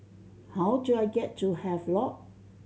how do I get to Havelock